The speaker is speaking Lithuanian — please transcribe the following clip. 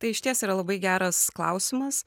tai iš ties yra labai geras klausimas